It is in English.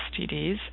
STDs